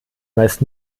meist